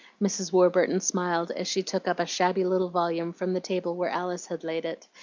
mrs. warburton smiled as she took up a shabby little volume from the table where alice had laid it,